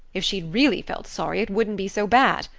if she'd really felt sorry it wouldn't be so bad.